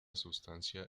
sustancia